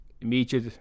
immediate